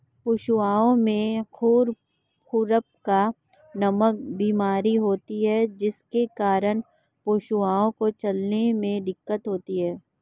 पशुओं में खुरपका नामक बीमारी होती है जिसके कारण पशुओं को चलने में दिक्कत होती है